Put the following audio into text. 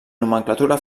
nomenclatura